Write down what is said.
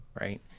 right